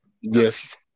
Yes